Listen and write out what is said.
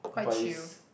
but is